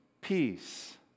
peace